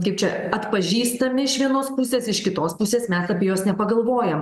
kaip čia atpažįstami iš vienos pusės iš kitos pusės mes apie juos nepagalvojam